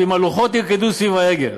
ועם הלוחות ירקדו סביב העגל.